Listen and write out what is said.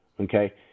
Okay